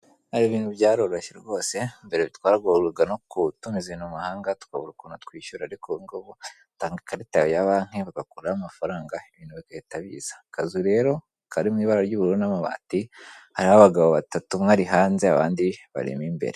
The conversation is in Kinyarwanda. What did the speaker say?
Ubu ibintu byaroroshye rwose mbere twagorwaga no gutumiza ibintu mu mahanga tukabura ukuntu twishyura ariko ubu ngubu utanga ikarita yawe ya banki bagakuramo amafaranga ibintu bigahita biza. Akazu rero kari mu ibara ry'ubururu n'amabati hariho abagabo batatu ,umwe ari hanze abandi bari mu imbere.